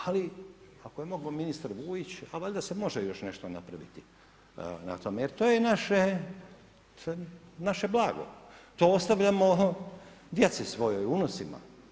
Ali, ako je mogao ministar Vujić, valjda se može još nešto napraviti na tome jer to je naše blago, to ostavljamo djeci svojoj, unucima.